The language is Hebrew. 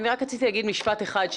אני רק רציתי להגיד משפט אחד,